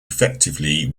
effectively